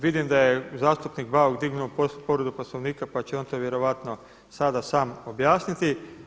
Vidim da je zastupnik Bauk dignuo povredu Poslovnika pa će on to vjerojatno sada sam objasniti.